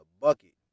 bucket